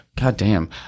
goddamn